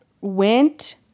went